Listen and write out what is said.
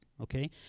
okay